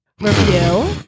review